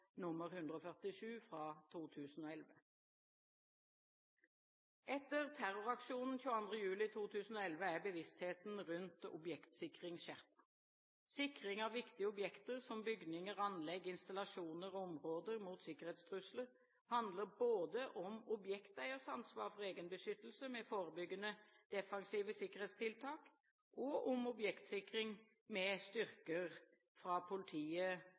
147 fra 2011. Etter terroraksjonen 22. juli 2011 er bevisstheten rundt objektsikring skjerpet. Sikring av viktige objekter som bygninger, anlegg, installasjoner og områder mot sikkerhetstrusler handler både om objekteiers ansvar for egenbeskyttelse med forebyggende, defensive sikkerhetstiltak og om objektsikring med styrker fra politiet